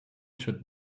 should